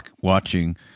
watching